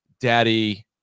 daddy